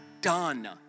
done